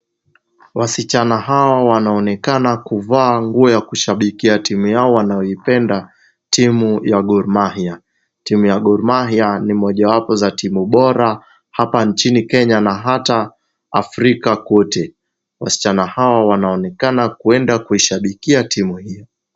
Wasichana hawa wanaonekana kuvaa nguo ya kushabikia timu yao wanayoipenda, timu ya Gor Mahia. Timu ya Gor Mahia ni moja wapo za timu bora hapa nchini Kenya na hata Afrika kwote. Wasichana hawa wanaonekana kwenda kuishabikia timu hiyo.